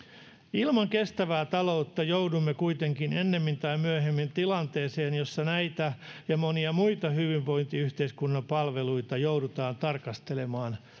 ilman kestävää taloutta joudumme kuitenkin ennemmin tai myöhemmin tilanteeseen jossa näitä ja monia muita hyvinvointiyhteiskunnan palveluita joudutaan tarkastelemaan